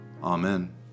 Amen